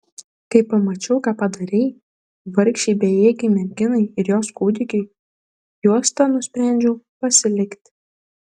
kai pamačiau ką padarei vargšei bejėgei merginai ir jos kūdikiui juostą nusprendžiau pasilikti